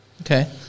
Okay